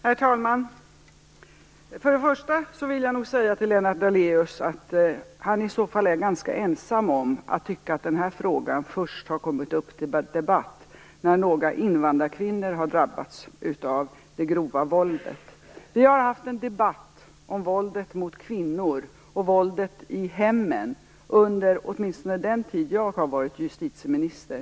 Herr talman! För det första vill jag säga till Lennart Daléus att han är ganska ensam om att tycka att denna fråga har kommit upp till debatt först när några invandrarkvinnor har drabbats av det grova våldet. Vi har haft en debatt om våldet mot kvinnor och våldet i hemmen åtminstone under den tid jag har varit justitieminister.